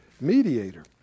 mediator